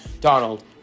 Donald